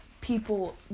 people